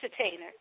entertainer